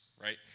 right